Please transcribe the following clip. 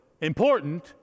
important